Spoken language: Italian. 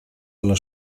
alla